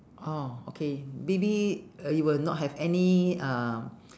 orh okay maybe uh you will not have any ah